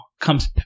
comes